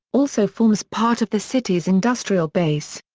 also forms part of the city's industrial base.